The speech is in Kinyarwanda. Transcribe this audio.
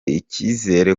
icyizere